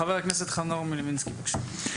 חבר הכנסת חנוך מלביצקי בבקשה.